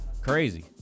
crazy